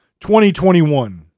2021